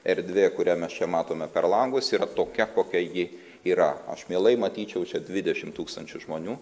erdvė kurią mes čia matome per langus yra tokia kokia ji yra aš mielai matyčiau čia dvidešim tūkstančių žmonių